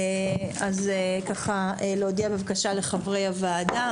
להודיע לחברי הוועדה בבקשה.